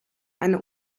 eine